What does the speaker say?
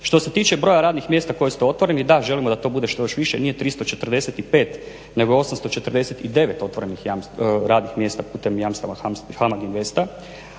Što se tiče broja radnih mjesta koje ste otvorili, da želimo da to bude što još više. Nije 345 nego je 849 otvorenih radnih mjesta putem jamstava HAMAG INVESTA.